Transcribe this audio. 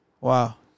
Wow